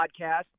podcast